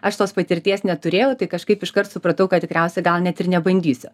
aš tos patirties neturėjau tai kažkaip iškart supratau kad tikriausiai gal net ir nebandysiu